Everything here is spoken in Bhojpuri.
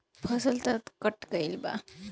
फसल तऽ कट गइल बा